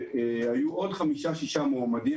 היו עוד 5 6 מועמדים,